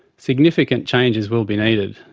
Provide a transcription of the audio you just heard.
significant changes will be needed.